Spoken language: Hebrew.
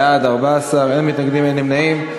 בעד, 14, אין מתנגדים, אין נמנעים.